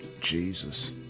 Jesus